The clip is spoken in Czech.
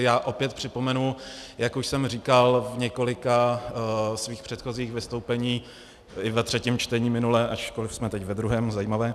Já opět připomenu, jak už jsem říkal v několika svých předchozích vystoupeních i ve třetím čtení minule, ačkoliv jsme teď ve druhém, zajímavé.